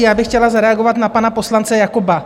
Já bych chtěla zareagovat na pana poslance Jakoba.